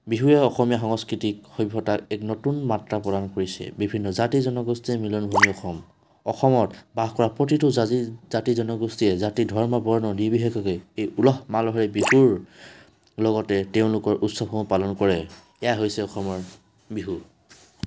বিহুৱে অসমীয়া সংস্কৃতিক সভ্যতাৰ এক নতুন মাত্ৰা প্ৰদান কৰিছে বিভিন্ন জাতি জনগোষ্ঠীৰ মিলনভূমি অসম অসমত বাস কৰা প্ৰতিটো জাজি জাতি জনগোষ্ঠীয়ে জাতি ধৰ্ম বৰ্ণ নিৰ্বিশেষে এই উলহ মালহেৰে বিহুৰ লগতে তেওঁলোকৰ উৎসৱসমূহ পালন কৰে এইয়াই হৈছে অসমৰ বিহু